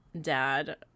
Dad